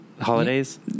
holidays